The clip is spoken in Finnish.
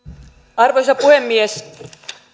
arvoisa puhemies